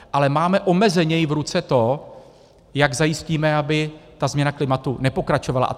Ale máme omezeně v ruce to, jak zajistíme, aby ta změna klimatu nepokračovala.